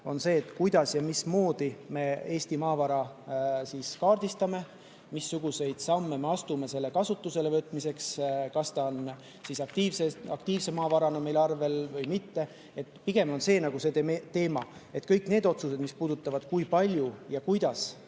otsustame, kuidas ja mismoodi me Eesti maavara kaardistame, missuguseid samme me astume selle kasutusele võtmiseks, kas see on aktiivse maavarana meil arvel või mitte. Pigem on see nagu see teema. Kõik need otsused, mis puudutavad seda, kui palju ja kuidas